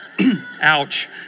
Ouch